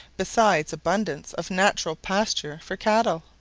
besides abundance of natural pasture for cattle.